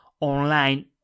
online